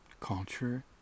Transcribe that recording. culture